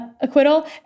acquittal